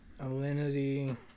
Alinity